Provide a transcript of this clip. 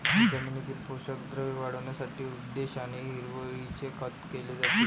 जमिनीतील पोषक द्रव्ये वाढविण्याच्या उद्देशाने हिरवळीचे खत केले जाते